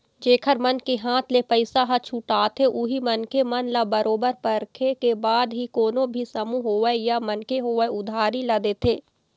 जेखर मन के हाथ ले पइसा ह छूटाथे उही मनखे मन ल बरोबर परखे के बाद ही कोनो भी समूह होवय या मनखे होवय उधारी ल देथे